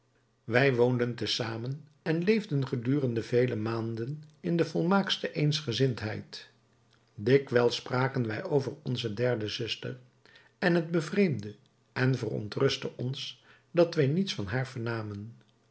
wij woonden te zamen en leefden gedurende vele maanden in de volmaaktste eensgezindheid dikwijls spraken wij over onze derde zuster en het bevreemdde en verontrustte ons dat wij niets van haar vernamen